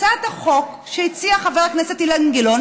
הצעת החוק שהציע חבר הכנסת אילן גילאון,